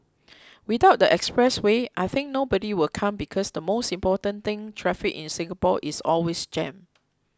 without the expressway I think nobody will come because the most important thing traffic in Singapore is always jammed